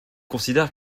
considère